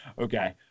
Okay